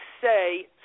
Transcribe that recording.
say